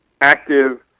active